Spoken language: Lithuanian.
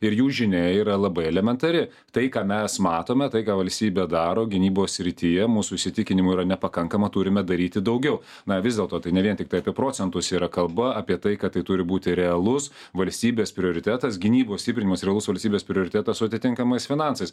ir jų žinia yra labai elementari tai ką mes matome tai ką valstybė daro gynybos srityje mūsų įsitikinimu yra nepakankama turime daryti daugiau na vis dėlto tai ne vien tiktai apie procentus yra kalba apie tai kad tai turi būti realus valstybės prioritetas gynybos stiprinimas realus valstybės prioritetas su atitinkamais finansais